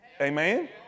Amen